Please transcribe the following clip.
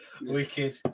Wicked